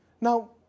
Now